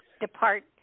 depart